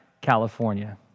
California